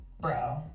bro